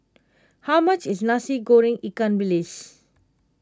how much is Nasi Goreng Ikan Bilis